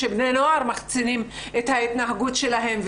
שבני נוער מחצינים את ההתנהגות שלהן.